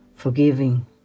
forgiving